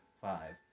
five